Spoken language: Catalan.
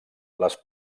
les